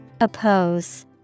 Oppose